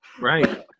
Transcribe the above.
Right